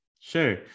sure